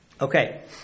Okay